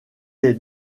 est